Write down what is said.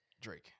Drake